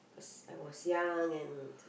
cause I was young and